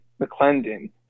McClendon